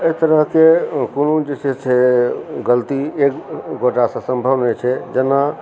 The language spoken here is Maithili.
एहि तरहकेँ कोनो जे छै से गलती एक गोटासँ सम्भव नहि छै जेना